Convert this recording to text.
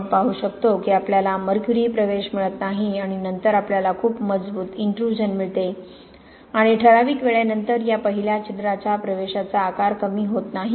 आपण पाहू शकतो की आपल्याला मर्क्युरी प्रवेश मिळत नाही आणि नंतर आपल्याला खूप मजबूत इन्ट्रुजन मिळते आणि ठराविक वेळेनंतर या पहिल्या छिद्राच्या प्रवेशाचा आकार कमी होत नाही